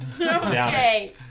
Okay